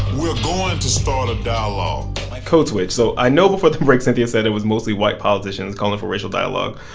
we are going to start a dialogue code switch so i know before the break, cynthia said it was mostly white politicians calling for racial dialogue.